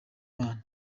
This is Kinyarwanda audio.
imana